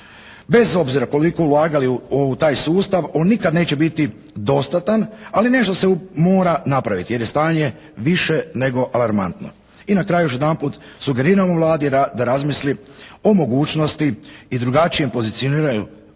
Bez obzira koliko ulagali u taj sustav, on nikada neće biti dostatan ali nešto se mora napraviti jer je stanje više nego alarmantno. I na kraju još jedanput sugeriramo Vladi da razmisli o mogućnosti i drugačijem pozicioniranju sustava